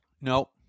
No